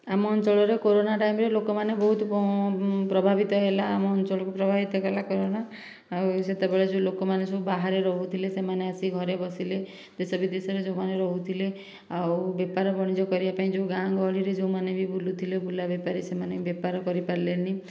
ଆମ ଅଞ୍ଚଳରେ କୋରୋନା ଟାଇମରେ ଲୋକମାନେ ବହୁତ ପ୍ରଭାବିତ ହେଲା ଆମ ଅଞ୍ଚଳକୁ ପ୍ରଭାବିତ କଲା କୋରୋନା ଆଉ ସେତେବେଳେ ଯେଉଁ ଲୋକମାନେ ସବୁ ବାହାରେ ରହୁଥିଲେ ସେମାନେ ଆସି ଘରେ ବସିଲେ ଦେଶ ବିଦେଶରେ ଯେଉଁମାନେ ରହୁଥିଲେ ଆଉ ବେପାର ବାଣିଜ୍ୟ କରିବା ପାଇଁ ଯେଉଁ ଗାଁ ଗହଳିରେ ଯେଉଁ ମାନେ ବି ବୁଲୁଥିଲେ ବୁଲା ବେପାରୀ ସେମାନେ ବେପାର କରିପାରିଲେନି